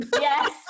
yes